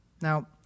Now